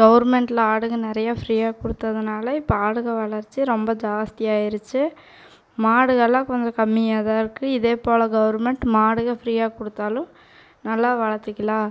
கவுர்மெண்ட்டில் ஆடுங்க நிறையா ஃப்ரீயாக கொடுத்ததனால இப்போ ஆடுகள் வளர்ச்சி ரொம்ப ஜாஸ்தியாகிருச்சி மாடுகள்லாம் கொஞ்சம் கம்மியாக தான் இருக்குது இதேப்போல் கவுர்மெண்ட் மாடுகள் ஃப்ரீயாக கொடுத்தாலும் நல்லா வளத்துக்கலாம்